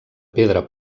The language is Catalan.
pedra